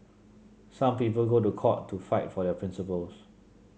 some people go to court to fight for their principles